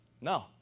No